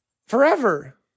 Forever